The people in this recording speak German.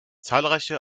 zahlreiche